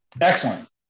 Excellent